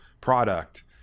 product